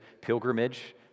pilgrimage